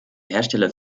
hersteller